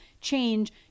change